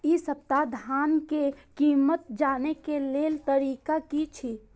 इ सप्ताह धान के कीमत जाने के लेल तरीका की छे?